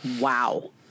Wow